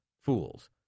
fools